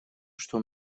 что